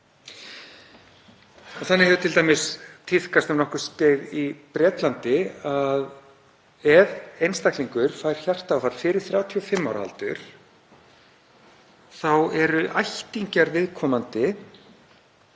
Þannig hefur t.d. tíðkast um nokkurt skeið í Bretlandi að ef einstaklingur fær hjartaáfall fyrir 35 ára aldur þá eru ættingjar viðkomandi